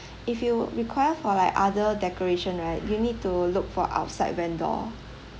if you require for like other decoration right you need to look for outside vendor